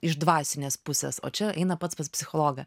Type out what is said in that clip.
iš dvasinės pusės o čia eina pats pas psichologą